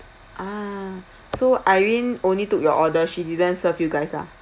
ah so irene only took your order she didn't serve you guys lah